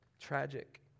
Tragic